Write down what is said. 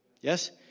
Yes